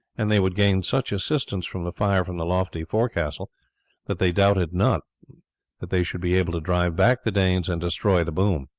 and they would gain such assistance from the fire from the lofty forecastle that they doubted not that they should be able to drive back the danes and destroy the boom.